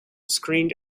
screened